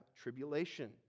tribulation